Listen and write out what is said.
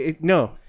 No